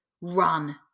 run